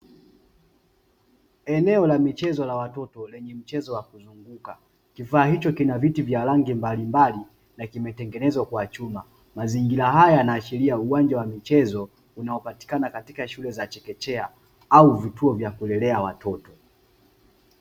Eneo la michezo la watoto, lenye mchezo wa kuzunguka, kifaa hicho kina viti vya rangi mbalimbali na kimetengenezwa kwa chuma. Mazingira haya yanaashiria uwanja wa michezo unaopatikana katika shule za chekechea au vituo vya kulelea watoto.